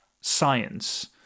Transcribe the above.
science